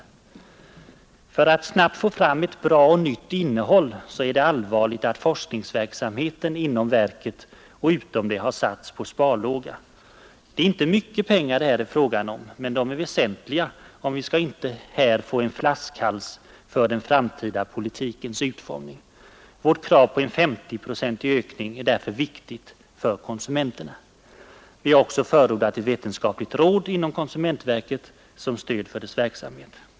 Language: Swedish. För önskemålet att snabbt få fram ett bra och nytt innehåll är det allvarligt att forskningsverksamheten inom verket och utom det har satts på sparlåga. Det är inte mycket pengar det här är fråga om. Men de är väsentliga, om vi inte här skall få en flaskhals för den framtida politikens utformning. Vårt krav på en 5S0-procentig ökning är därför viktigt för konsumenterna. Vi har också förordat ett vetenskapligt råd inom konsumentverket som ett stöd för dess verksamhet.